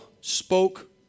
spoke